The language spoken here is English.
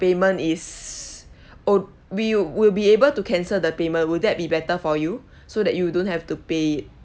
payment is or we will be able to cancel the payment will that be better for you so that you don't have to pay it